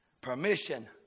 permission